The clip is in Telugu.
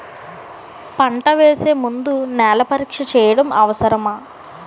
పంట వేసే ముందు నేల పరీక్ష చేయటం అవసరమా?